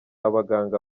abaganga